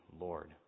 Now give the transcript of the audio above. Lord